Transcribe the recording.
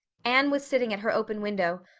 anne was sitting at her open window,